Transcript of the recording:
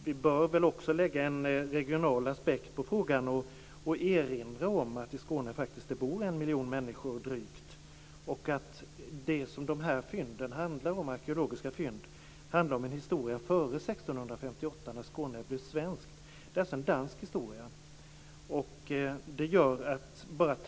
Vi bör också lägga en regional aspekt på frågan och erinra om att det bor drygt en miljon människor i Skåne. Dessa arkeologiska fynd handlar om historien före 1658 då Skåne blev svenskt. Det rör sig alltså om dansk historia.